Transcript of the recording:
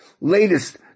latest